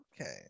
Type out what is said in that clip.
Okay